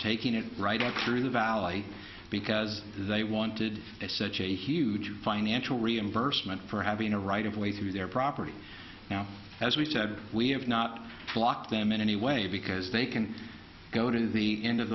taking it right up through the valley because they wanted to see a huge financial reimbursement for having a right of way to their property now as we said we have not blocked them in any way because they can go to the end of